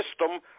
system